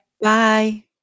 Bye